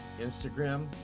Instagram